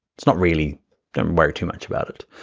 it's not really don't worry too much about it,